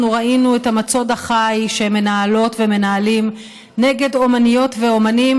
ראינו את המצוד החי שהם מנהלות ומנהלים נגד אומניות ואומנים